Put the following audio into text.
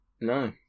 No